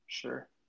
Sure